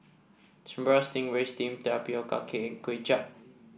Sambal Stingray steamed Tapioca Cake and Kuay Chap